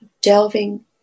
delving